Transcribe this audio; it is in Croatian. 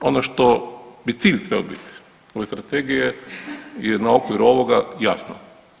Ono što bi cilj trebao biti ove Strategije je na okvir ovoga jasno.